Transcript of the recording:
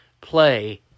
play